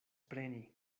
preni